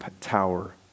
Tower